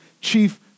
Chief